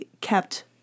kept